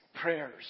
prayers